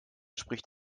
spricht